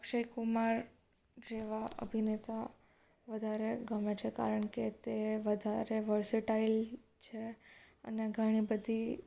અક્ષયકુમાર જેવા અભિનેતા વધારે ગમે છે કારણ કે તે વધારે વર્સેટાઇલ છે અને ઘણી બધી